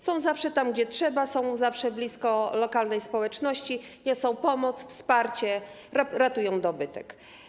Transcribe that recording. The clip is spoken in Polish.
Są zawsze tam, gdzie trzeba, są zawsze blisko lokalnej społeczności, niosą pomoc, wsparcie, ratują dobytek.